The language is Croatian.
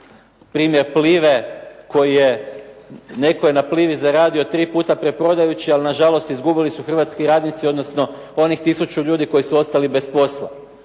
Primjer Plive, netko je na Plivi zaradio, tri puta preprodajući, ali nažalost izgubili su Hrvatski radnici, odnosno onih tisuću ljudi koji su ostali bez posla.